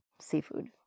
seafood